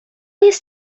jest